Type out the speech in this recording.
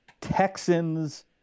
Texans